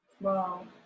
Wow